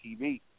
TV